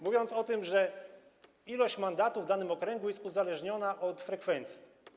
Mówili o tym, że ilość mandatów w danym okręgu jest uzależniona od frekwencji.